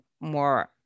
more